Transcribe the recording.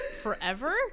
Forever